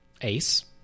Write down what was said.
ace